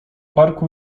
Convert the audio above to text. parku